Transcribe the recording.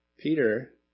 Peter